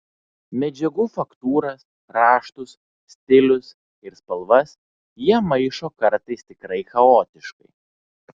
medžiagų faktūras raštus stilius ir spalvas jie maišo kartais tikrai chaotiškai